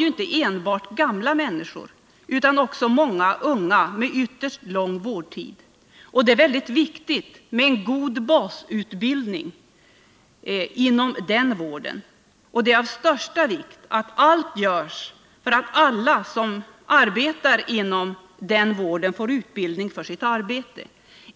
inte enbart har gamla människor utan också många unga med ytterst lång vårdtid. Det är mycket viktigt med en god basutbildning inom den psykiatriska vården, och det är av största vikt att allt görs för att alla som arbetar inom denna vårdsektor får utbildning för sitt arbete.